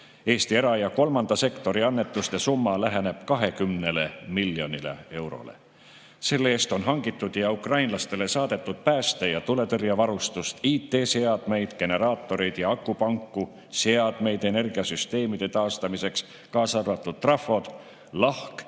Eesti era‑ ja kolmanda sektori annetuste summa läheneb 20 miljonile eurole. Selle eest on hangitud ja ukrainlastele saadetud pääste‑ ja tuletõrjevarustust, IT‑seadmeid, generaatoreid ja akupanku, seadmeid energiasüsteemide taastamiseks, kaasa arvatud trafod, lahk‑